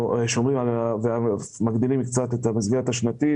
אנחנו קצת מגדילים את המסגרת השנתית.